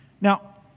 Now